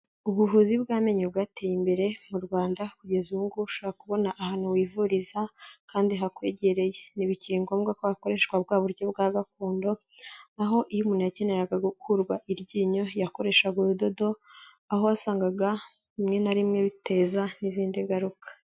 Ubuvuzi bw'amenyo bwateye imbere mu Rwanda, kugeza ubu ngubu ushobora kubona ahantu wivuriza kandi hakwegereye. Ntibikiri ngombwa ko hakoreshwa bwa buryo bwa gakondo, aho iyo umuntu yakeneraga gukurwa iryinyo yakoreshaga urudodo, aho wasangaga rimwe na rimwe biteza n'izindi ngaruka.